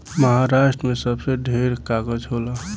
महारास्ट्र मे सबसे ढेर कागज़ होला